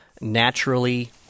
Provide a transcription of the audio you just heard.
naturally